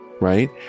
right